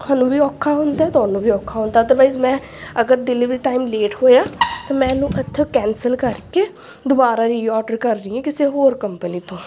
ਸਾਨੂੰ ਵੀ ਔਖਾ ਹੁੰਦਾ ਤੁਹਾਨੂੰ ਵੀ ਔਖਾ ਹੁੰਦਾ ਅਦਰਵਾਈਜ ਮੈਂ ਅਗਰ ਡੇਲੀਵਰੀ ਟਾਈਮ ਲੇਟ ਹੋਇਆ ਤਾਂ ਮੈਂ ਇਹਨੂੰ ਇੱਥੋਂ ਕੈਂਸਲ ਕਰਕੇ ਦੁਬਾਰਾ ਰੀਔਡਰ ਕਰ ਰਹੀ ਹਾਂ ਕਿਸੇ ਹੋਰ ਕੰਪਨੀ ਤੋਂ